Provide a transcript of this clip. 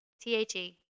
T-H-E